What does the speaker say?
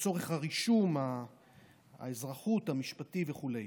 לצורך הרישום, האזרחות, המשפטי וכו'.